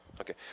Okay